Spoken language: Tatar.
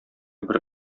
бер